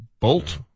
Bolt